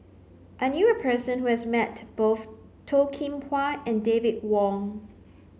I knew a person who has met both Toh Kim Hwa and David Wong